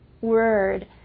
word